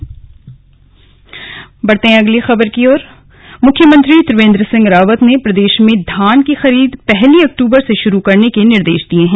धान खरीद मुख्यमंत्री त्रिवेन्द्र सिंह रावत ने प्रदेश में धान की खरीद पहली अक्टूबर से शुरू करने के निर्देश दिये हैं